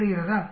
புரிகிறதா